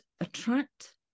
attract